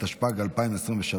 התשפ"ג 2023,